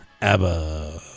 ABBA